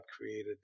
created